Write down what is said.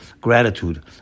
gratitude